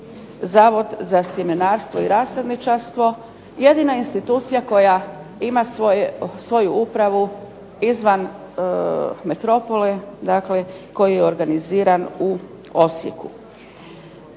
Zavod za sjemenarstvo i rasadničarstvo, jedina institucija koja ima svoju upravu izvan metropole, dakle koji je organiziran u Osijeku?